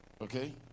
Okay